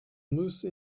moose